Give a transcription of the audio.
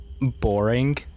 Boring